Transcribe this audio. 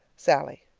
sallie.